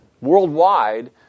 worldwide